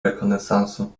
rekonesansu